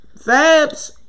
Fabs